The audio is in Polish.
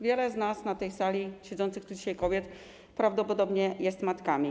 Wiele z nas na tej sali, siedzących tu dzisiaj kobiet prawdopodobnie jest matkami.